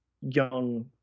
Young